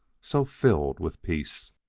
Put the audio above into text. so filled with peace.